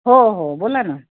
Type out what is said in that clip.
हो हो बोला ना